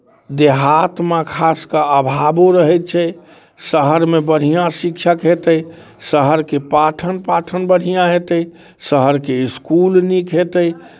देहातमे खास कऽ अभावो रहैत छै शहरमे बढ़िआँ शिक्षक हेतै शहरके पठन पाठन बढ़िआँ हेतै शहरके इसकुल नीक हेतै